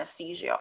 anesthesia